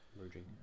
merging